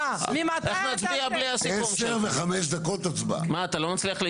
אה, ממתי אתה --- איך נצביע בלי הסיכום שלך?